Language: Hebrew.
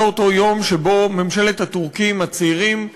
זה אותו יום שבו ממשלת "הטורקים הצעירים"